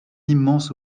immense